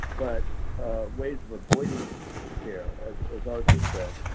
but ways of avoiding care, as as arthur said.